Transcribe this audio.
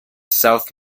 south